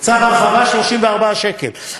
צו הרחבה, 34 שקל.